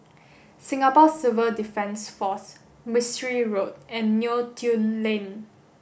Singapore Civil Defence Force Mistri Road and Neo Tiew Lane